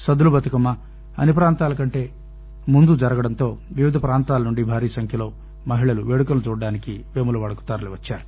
సద్దుల బతుకమ్మ అన్ని ప్రాంతాల కంటే ముందు జరగడంతో వివిధ ప్రాంతాల నుండి భారీసంఖ్యలో మహిళలు వేడుకలను చూడటానికి వేములవాడకు తరలివచ్చారు